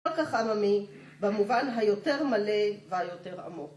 כל כך עממי, במובן היותר מלא והיותר עמוק.